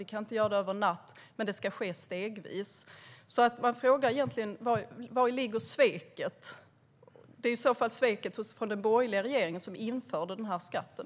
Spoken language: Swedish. Vi kan inte göra det över en natt, men det ska ske stegvis. Min fråga är alltså: Var ligger sveket? Det ligger väl i så fall hos den borgerliga regeringen, som införde den här skatten.